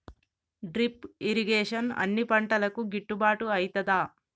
Drip irrigation అన్ని పంటలకు గిట్టుబాటు ఐతదా?